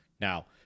Now